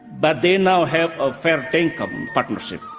but they now have a fair dinkum partnership.